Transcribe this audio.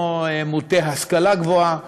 לא מוטי השכלה גבוהה